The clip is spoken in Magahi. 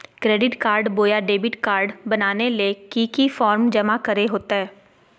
क्रेडिट कार्ड बोया डेबिट कॉर्ड बनाने ले की की फॉर्म जमा करे होते?